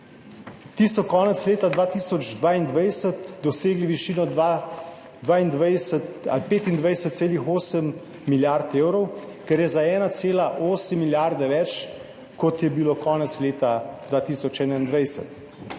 Ti so konec leta 2022 dosegli višino 25,8 milijarde evrov, kar je za 1,8 milijarde več, kot je bilo konec leta 2021.